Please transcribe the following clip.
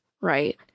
right